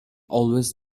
always